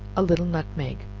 a little nutmeg,